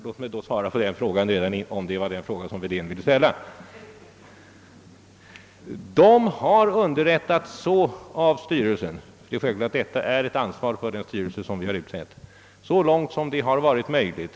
Låt mig därför redan nu svara — om det är den frågan herr Wedén tänker ställa — att de anställda har underrättats av styrelsen. Det är självfallet ett ansvar som åligger den styrelse vi har utsett. De anställda har underrättats, så långt som detta har varit möjligt.